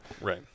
Right